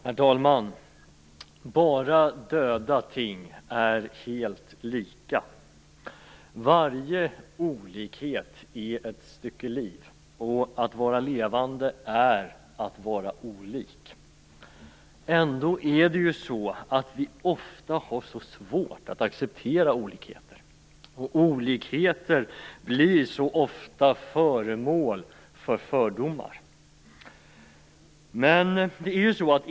Herr talman! Bara döda ting är helt lika. Varje olikhet är ett stycke liv, och att vara levande är att vara olik. Ändå har vi ofta så svårt att acceptera olikheter. Olikheter blir så ofta föremål för fördomar.